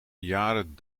jaren